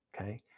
Okay